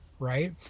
right